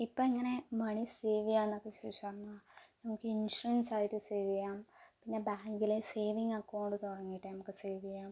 ഇപ്പോൾ എങ്ങനെ money save ചെയ്യാന്നൊക്കെ ചോദിച്ച് വന്നാൽ നമുക്കിൻഷുറൻസായിട്ട് സെവ് ചെയ്യാം പിന്നെ ബാങ്കിലെ സേവിങ്ങ് അക്കൗണ്ട് തുടങ്ങിയിട്ട് നമുക്ക് സേവ് ചെയ്യാം